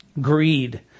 Greed